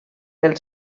del